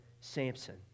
Samson